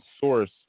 source